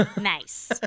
Nice